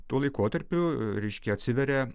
tuo laikotarpiu reiškia atsiveria